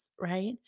right